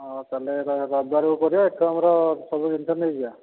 ହେଉ ତାହେଲେ ରବିବାରକୁ କରିବା ଏଠୁ ଆମର ସବୁ ଜିନିଷ ନେଇଯିବା